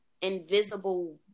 invisible